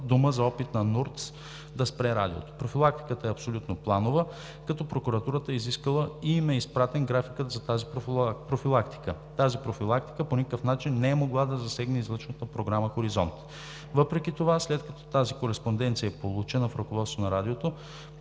дума за опит на НУРТС да спре Радиото. Профилактиката е абсолютно планова, като прокуратурата е изискала и им е изпратен графикът за тази профилактика. Тази профилактика по никакъв начин не е могла да засегне излъчването на програма „Хоризонт“. Въпреки това, след като тази кореспонденция е получена в ръководството на Радиото,